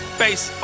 face